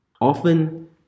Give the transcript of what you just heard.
Often